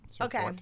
Okay